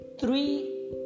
three